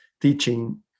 teaching